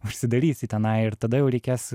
užsidarys į tenai ir tada jau reikės